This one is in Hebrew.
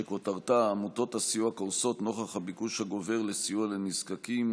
שכותרתה: עמותות הסיוע קורסות נוכח הביקוש הגובר לסיוע לנזקקים,